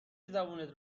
زبونت